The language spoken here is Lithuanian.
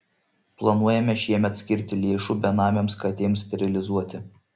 planuojame šiemet skirti lėšų benamėms katėms sterilizuoti